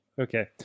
okay